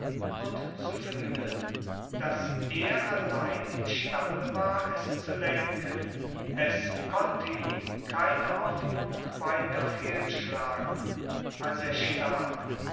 und zu fuehlen dass er allein imstande war es zu lenken es konnte ihm keine hoffnung weiter fehlschlagen als er starb